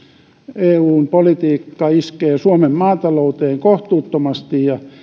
eun politiikka iskee suomen maatalouteen kohtuuttomasti ja